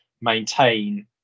maintain